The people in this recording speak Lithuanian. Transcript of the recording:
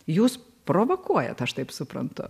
jūs provokuojat aš taip suprantu